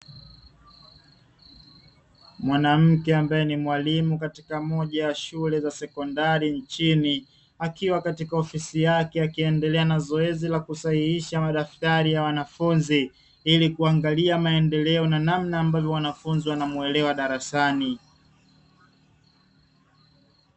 Mwanamke ambae ni mwalimu katika moja ya shule za sekondari nchini, akiwa katika ofisi yake akiendelea na zoezi la kusahihisha madaftari ya wanafunzi, ili kuangalia maendeleo na namna ambavyo wanafunzi wanamuelewa darasani.